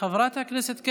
חבר הכנסת ינון אזולאי,